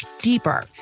deeper